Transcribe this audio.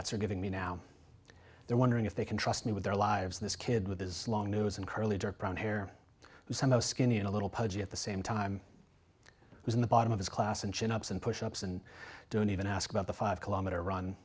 are giving me now they're wondering if they can trust me with their lives this kid with his long news and curly dark brown hair some of skinny and a little pudgy at the same time was in the bottom of his class and chin ups and push ups and don't even ask about the five kilometer run